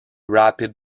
rapid